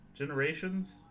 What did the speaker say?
generations